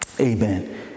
amen